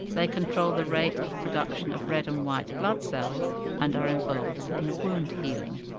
they control the rate of production of red and white blood cells and are involved in wound healing.